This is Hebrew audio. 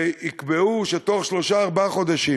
ויקבעו שבתוך שלושה-ארבעה חודשים